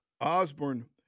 Osborne